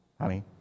honey